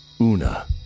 Una